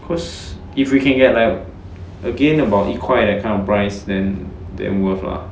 cause if we can get like a gain about 一块 that kind of price then then worth lah